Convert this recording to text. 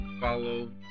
follow